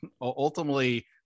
Ultimately